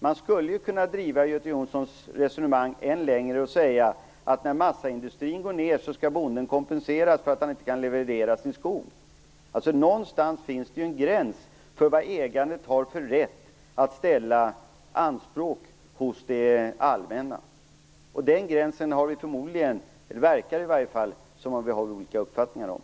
Man skulle ju kunna driva Göte Jonssons resonemang än längre och säga att när massaindustrin går ned skall bonden kompenseras för att han inte kan leverera sin skog. Någonstans finns det ju en gräns för vilka anspråk ägandet har rätt att ställa hos det allmänna. Den gränsen har vi förmodligen olika uppfattningar om. Så verkar det i alla fall.